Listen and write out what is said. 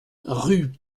rue